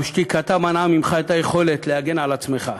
גם שתיקתה מנעה ממך את היכולת להגן על עצמך.